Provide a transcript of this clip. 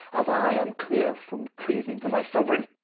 as i am cleare from treason to my soueraigne.